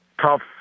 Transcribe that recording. tough